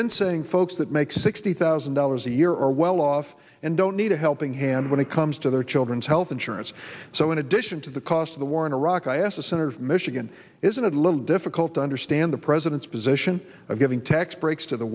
then saying folks that make sixty thousand dollars a year are well off and don't need a helping hand when it comes to their children's health insurance so in addition to the cost of the war in iraq i asked a senator of michigan isn't it a little difficult to understand the president's position of giving tax breaks to the